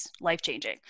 life-changing